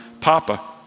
papa